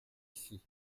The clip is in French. ici